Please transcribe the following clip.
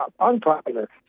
unpopular